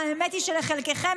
את המצאת את השקר.